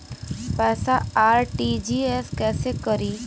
पैसा आर.टी.जी.एस कैसे करी?